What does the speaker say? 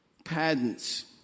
patents